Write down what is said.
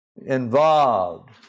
involved